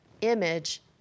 image